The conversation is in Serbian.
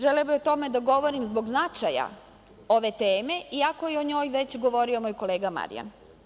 Želela bih o tome da govorim zbog značaja ove teme, iako je o njoj već govorio moj kolega Marijan.